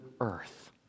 earth